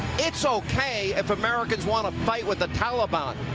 it's okay if americans want to fight with the taliban.